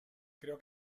creo